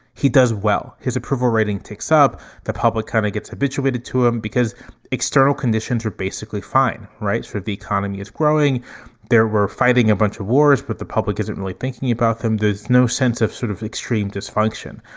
he does well, his approval rating ticks up. the public kind of gets habituated to him because external conditions are basically fine. right. for the economy is growing there. we're fighting a bunch of wars, but the public isn't really thinking about them. there's no sense of sort of extreme dysfunction.